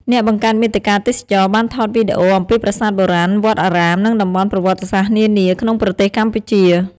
អ្នកបង្កើតមាតិកាទេសចរណ៍បានថតវីដេអូអំពីប្រាសាទបុរាណ វត្តអារាម និងតំបន់ប្រវត្តិសាស្ត្រនានាក្នុងប្រទេសកម្ពុជា។